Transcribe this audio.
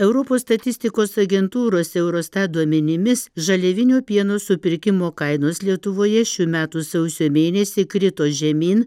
europos statistikos agentūros eurostat duomenimis žaliavinio pieno supirkimo kainos lietuvoje šių metų sausio mėnesį krito žemyn